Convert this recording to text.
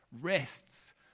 rests